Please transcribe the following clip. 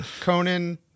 Conan